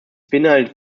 beinhaltet